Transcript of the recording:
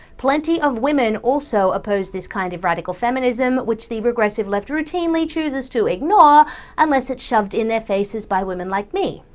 plenty of women also oppose this kind of radical feminism, which the regressive left routinely chooses to ignore unless it's shoved in their faces by women like me.